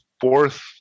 fourth